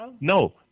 no